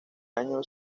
año